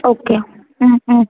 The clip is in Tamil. ஓகே ம் ம்